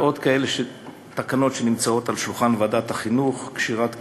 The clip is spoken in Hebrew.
ועוד כאלה תקנות שנמצאות על שולחן ועדת החינוך: קשירת כלבים,